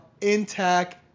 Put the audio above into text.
Intact